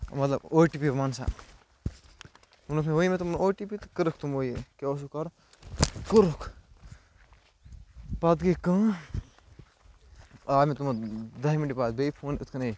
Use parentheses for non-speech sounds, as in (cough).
مطلب OTP وَن سا ووٚنکھ مےٚ (unintelligible) تِمَن او ٹی پی تہٕ کٔرٕکھ تِمو یہِ کیٛاہ اوسُکھ کَرُن کوٚرُکھ پتہٕ گٔے کٲم آو مےٚ تِمَن دَہہِ منٹہِ بعد بیٚیہِ فون یِتھ کَنۍ ہے